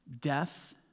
death